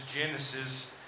Genesis